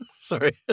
Sorry